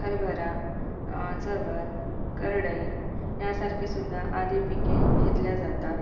हरभरा चवय करडई यासारखेसुद्धा आदी पिके घेतल्या जातात